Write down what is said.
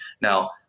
Now